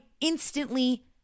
instantly